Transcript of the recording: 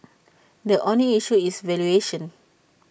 the only issue is valuation